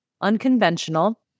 unconventional